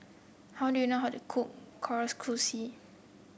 how do you know how to cook Kalguksu